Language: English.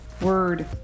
word